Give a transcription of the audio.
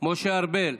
משה ארבל,